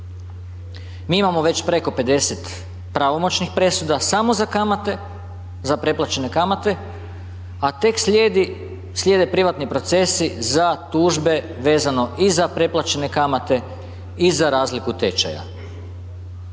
Mi imamo već preko 50 pravomoćnih presuda samo za kamate, za preplaćene kamate, a tek slijedi, slijede privatni procesi za tužbe vezano i za preplaćene kamate i za razliku tečaja.